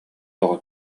тоҕо